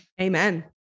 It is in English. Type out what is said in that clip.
Amen